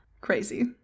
Crazy